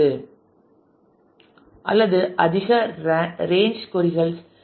C அல்லது அதிக range கொறி கள் செய்யப்படும்